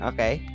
Okay